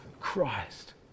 Christ